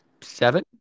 seven